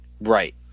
Right